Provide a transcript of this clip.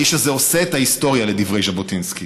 האיש הזה עושה את ההיסטוריה, לדברי ז'בוטינסקי.